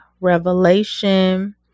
revelation